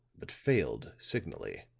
but failed signally.